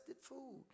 food